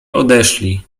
odeszli